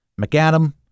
McAdam